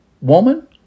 Woman